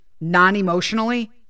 non-emotionally